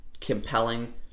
compelling